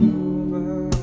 over